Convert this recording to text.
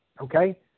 okay